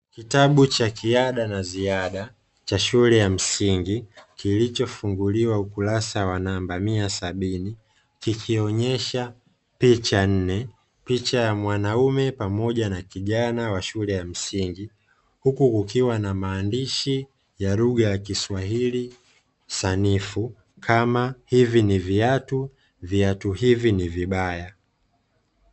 Kitabu cha kiada na ziada cha shule ya msingi, kilichofunguliwa ukurasa wa namba mia sabini, kikionyesha picha nne picha ya mwanamume pamoja na kijana wa shule ya msingi, huku kukiwa na maandishi ya lugha ya kiswahili sanifu kama hivi ni viatu, viatu hivi ni vibaya.